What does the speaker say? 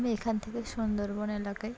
আমি এখান থেকে সুন্দরবন এলাকায়